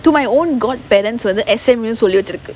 to my own god parents வந்து:vanthu S_M_U சொல்லி வெச்சுருக்கு:solli vechurukku